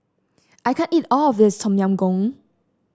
I can't eat all of this Tom Yam Goong